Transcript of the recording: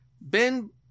Ben